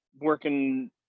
working